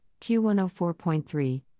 Q104.3